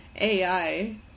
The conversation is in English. AI